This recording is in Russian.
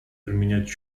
применять